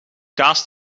kaas